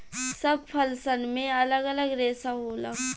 सब फल सन मे अलग अलग रेसा होला